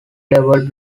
level